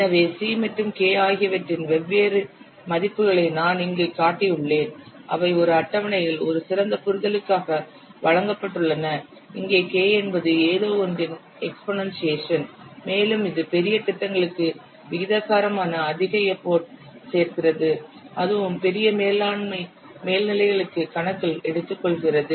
எனவே c மற்றும் k ஆகியவற்றின் வெவ்வேறு மதிப்புகளை நான் இங்கு காட்டியுள்ளேன் அவை ஒரு அட்டவணையில் ஒரு சிறந்த புரிதலுக்காக வழங்கப்பட்டுள்ளன இங்கே k என்பது ஏதோஒன்றின் எக்ஸ்பொனன்சியேசன் மேலும் இது பெரிய திட்டங்களுக்கு விகிதாசாரமாக அதிக எப்போட் சேர்க்கிறது அதுவும் பெரிய மேலாண்மை மேல்நிலைகளுக்கு கணக்கில் எடுத்துக்கொள்கிறது